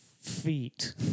feet